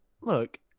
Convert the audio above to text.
Look